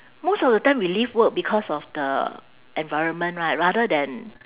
most of the time we leave work because of the environment right rather than